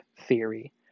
theory